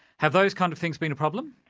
have those kind of things been a problem?